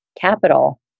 capital